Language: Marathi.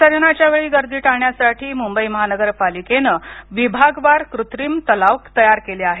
विसर्जनच्या वेळी गर्दी टाळण्यासाठी मुंबई महानगरपालिकेने विभागवार कृत्रिम तलाव तयार केले आहेत